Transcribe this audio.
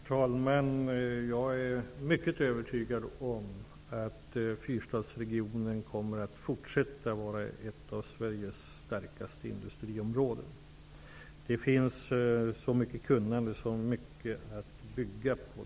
Fru talman! Jag är mycket övertygad om att Fyrstadsregionen kommer att fortsätta att vara ett av Sveriges starkaste industriområden. Där finns så mycket av kunnande och annat att bygga på.